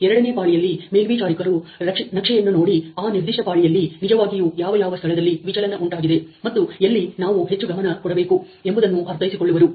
ಎರಡನೇ ಪಾಳಿಯಲ್ಲಿ ಮೇಲ್ವಿಚಾರಕರು ನಕ್ಷೆಯನ್ನು ನೋಡಿ ಆ ನಿರ್ದಿಷ್ಟ ಪಾಳಿಯಲ್ಲಿ ನಿಜವಾಗಿಯೂ ಯಾವ ಯಾವ ಸ್ಥಳದಲ್ಲಿ ವಿಚಲನ ಉಂಟಾಗಿದೆ ಮತ್ತು ಎಲ್ಲಿ ನಾವು ಹೆಚ್ಚು ಗಮನ ಕೊಡಬೇಕು ಎಂಬುದನ್ನು ಅರ್ಥೈಸಿಕೊಳ್ಳುವರು